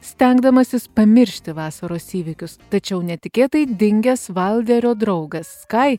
stengdamasis pamiršti vasaros įvykius tačiau netikėtai dingęs vailderio draugas skai